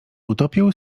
utopił